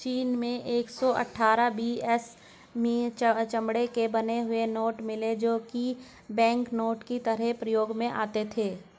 चीन में एक सौ अठ्ठारह बी.सी में चमड़े के बने हुए नोट मिले है जो की बैंकनोट की तरह प्रयोग में आते थे